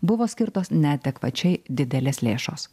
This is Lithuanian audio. buvo skirtos neadekvačiai didelės lėšos